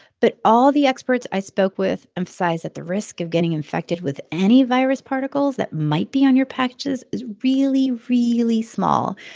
but all the experts i spoke with emphasize that the risk of getting infected with any virus particles that might be on your packages is really, really small.